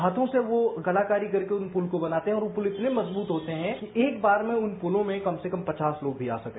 हाथों से कलाकारी करके वो उनको बनाते हैं और वो पूल इतने मजबूत होते हैं कि एक बार में उन पुलों में कम से कम पचास लोग भी आ सकें